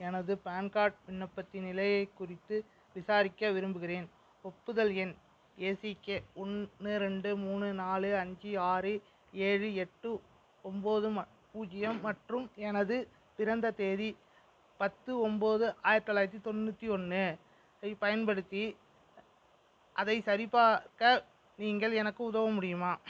எனது PAN card விண்ணப்பத்தின் நிலையை குறித்து விசாரிக்க விரும்புகிறேன் ஒப்புதல் எண் ஏசிகே ஒன்று ரெண்டு மூணு நாலு அஞ்சு ஆறு ஏழு எட்டு ஒன்போது மட் பூஜ்யம் மற்றும் எனது பிறந்த தேதி பத்து ஒன்போது ஆயிரத்தி தொள்ளாயிரத்தி தொண்ணூற்றி ஒன்று ஐ பயன்படுத்தி அதை சரிபார்க்க நீங்கள் எனக்கு உதவ முடியுமா